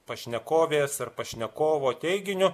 pašnekovės ar pašnekovo teiginiu